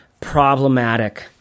problematic